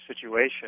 situation